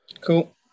Cool